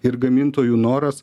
ir gamintojų noras